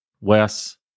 Wes